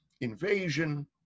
invasion